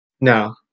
No